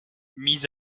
mis